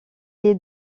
est